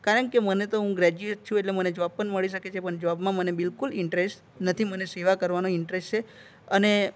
કારણ કે મને તો હું ગ્રેજ્યુએટ છું મને તો જોબ પણ મળી શકે છે પણ જોબમાં મને બિલકુલ ઇન્ટરેસ્ટ નથી મને સેવા કરવાનો ઇન્ટરેસ્ટ છે અને